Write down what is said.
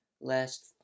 last